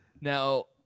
Now